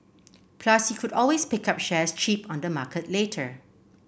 plus he could always pick up shares cheap on the market later